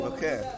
Okay